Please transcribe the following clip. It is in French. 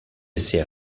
sait